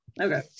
Okay